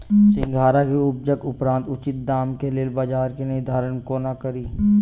सिंघाड़ा केँ उपजक उपरांत उचित दाम केँ लेल बजार केँ निर्धारण कोना कड़ी?